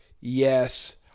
yes